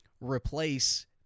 replace